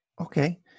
Okay